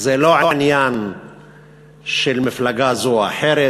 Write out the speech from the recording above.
זה לא עניין של מפלגה זו או אחרת,